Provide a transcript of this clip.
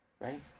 right